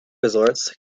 resorts